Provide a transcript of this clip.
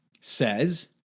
says